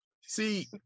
See